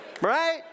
Right